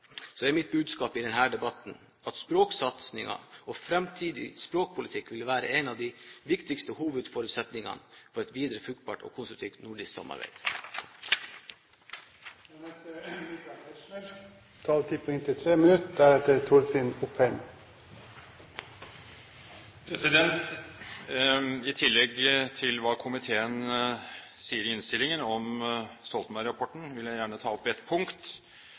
er mitt budskap i denne debatten at språksatsing og framtidig språkpolitikk vil være en av de viktigste hovedforutsetningene for et videre fruktbart og konstruktivt nordisk samarbeid. I tillegg til hva komiteen sier i innstillingen om Stoltenberg-rapporten, vil jeg gjerne ta opp et punkt